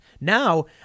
Now